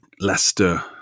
Leicester